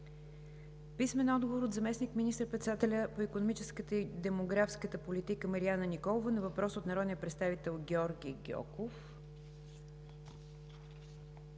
Симеонова; - заместник министър-председателя по икономическата и демографската политика Марияна Николова на въпрос от народния представител Георги Гьоков;